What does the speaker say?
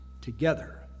together